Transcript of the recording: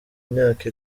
imyaka